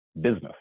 business